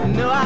no